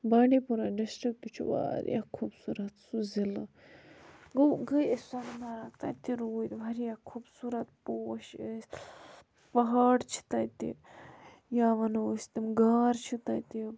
بانڈی پورہ ڈِسٹِرٛکٹ تہِ چھُ واریاہ خوٗبصوٗرت سُہ ضلعہٕ گوٚو گٔے أسۍ سۄنہ مَرگ تَتہِ تہِ روٗدۍ واریاہ خوٗبصوٗرت پوش ٲسۍ پہاڑ چھِ تَتہِ یا وَنو أسۍ تِم غار چھِ تَتہِ